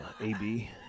AB